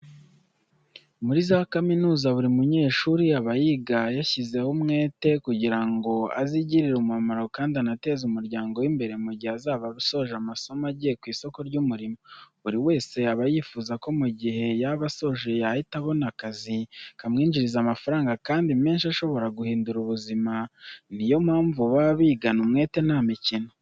Muri za kaminuza buri munyeshuri aba yiga ashyizeho umwete kugira ngo azigirire umumaro kandi anateze umuryango we imbere mu gihe azaba asoje amasomo agiye ku isoko ry'umurimo. Buri wese aba yifuza ko mu gihe yaba asoje yahita abona akazi kamwinjiriza amafaranga kandi menshi ashobora guhindura buzima, niyo mpamvu baba bigana umwete nta mikino.